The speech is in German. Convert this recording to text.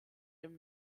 dem